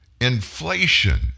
Inflation